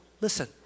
Listen